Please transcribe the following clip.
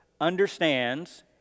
understands